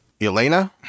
Elena